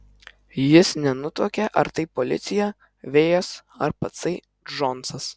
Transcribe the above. jis nenutuokė ar tai policija vėjas ar patsai džonsas